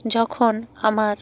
যখন আমার